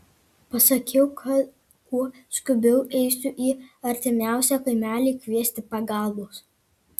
pasakiau kad kuo skubiau eisiu į artimiausią kaimelį kviesti pagalbos